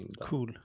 Cool